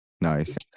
nice